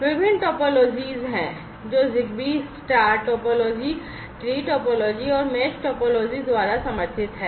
विभिन्न टोपोलॉजीज हैं star topology tree topology and mesh topology जो ZigBee द्वारा समर्थित हैं